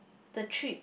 the trip